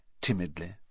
timidly